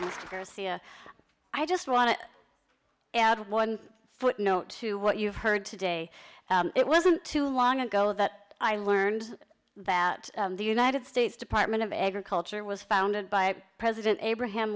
you mr see i just want to add one footnote to what you've heard today it wasn't too long ago that i learned that the united states department of agriculture was founded by president abraham